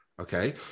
Okay